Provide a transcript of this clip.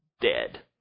dead